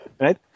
Right